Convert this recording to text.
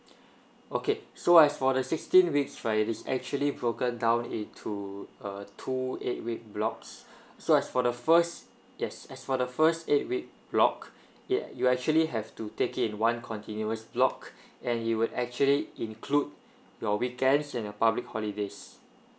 okay so as for the sixteen weeks right is actually broken down into uh two eight week blocks so as for the first yes as for the first eight week block you actually have to take in one continuous block and you actually include your weekends and your public holidays